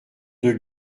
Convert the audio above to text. deux